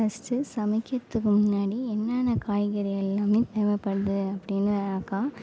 first சமைக்கிறதுக்கு முன்னாடி என்னென்ன காய்கறிகள் எல்லாமே தேவைப்படுது அப்படினாக்கா